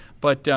but,